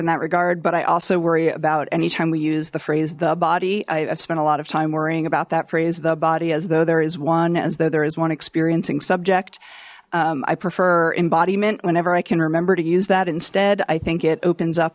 in that regard but i also worry about any time we use the phrase the body i've spent a lot of time worrying about that phrase the body as though there is one as though there is one experiencing subject i prefer embodiment whenever i can remember to use that instead i think it opens up